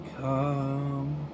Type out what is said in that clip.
come